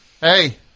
Hey